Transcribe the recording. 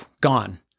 gone